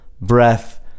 breath